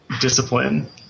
discipline